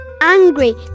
angry